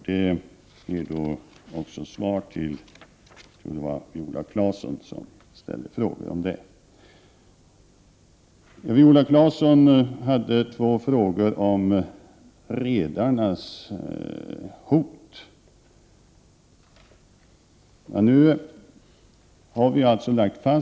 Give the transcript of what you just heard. Det var även svar till Viola Claesson som ställde frågor om detta. Viola Claesson ställde två frågor om redarnas hot.